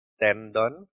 tendon